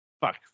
fuck